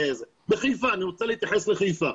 בחיפה, אני רוצה להתייחס לחיפה.